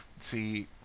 See